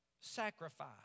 sacrifice